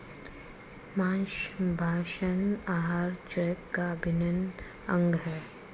माँसभक्षण आहार चक्र का अभिन्न अंग है